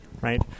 right